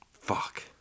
Fuck